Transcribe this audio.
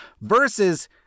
Versus